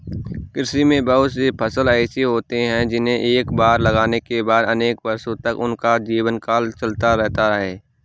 कृषि में बहुत से फसल ऐसे होते हैं जिन्हें एक बार लगाने के बाद अनेक वर्षों तक उनका जीवनकाल चलता रहता है